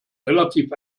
relativ